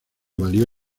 valió